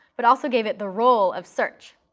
but also gave it the role of search.